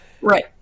Right